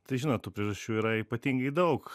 tai žinot tų priežasčių yra ypatingai daug